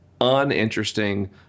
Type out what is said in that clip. uninteresting